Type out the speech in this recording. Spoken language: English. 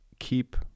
Keep